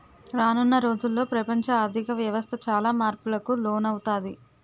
రానున్న రోజుల్లో ప్రపంచ ఆర్ధిక వ్యవస్థ చాలా మార్పులకు లోనవుతాది